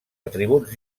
atributs